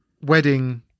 wedding